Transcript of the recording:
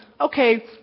okay